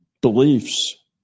beliefs